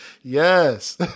Yes